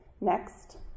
Next